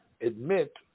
admit